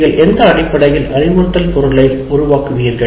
நீங்கள் எந்த அடிப்படையில் அறிவுறுத்தல் பொருளை உருவாக்குவீர்கள்